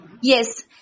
Yes